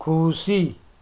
खुसी